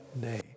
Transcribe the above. day